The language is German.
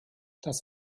das